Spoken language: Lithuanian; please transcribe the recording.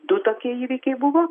du tokie įvykiai buvo